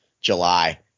July